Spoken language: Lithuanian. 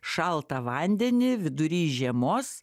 šaltą vandenį vidury žiemos